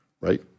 right